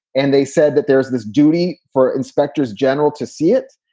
and they said that there's this duty for inspectors general to see it.